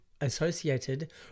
associated